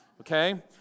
Okay